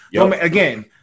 Again